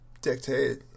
dictate